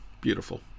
Beautiful